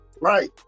Right